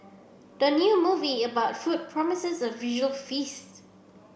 the new movie about food promises a visual feast